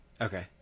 Okay